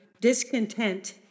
discontent